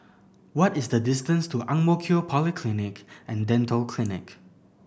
what is the distance to Ang Mo Kio Polyclinic and Dental Clinic